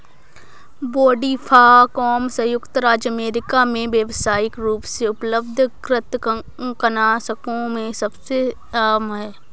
brodifacoum संयुक्त राज्य America में व्यावसायिक रूप से उपलब्ध कृंतकनाशकों में सबसे आम है